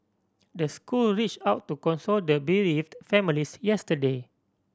the school reached out to console the bereaved families yesterday